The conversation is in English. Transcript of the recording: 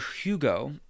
Hugo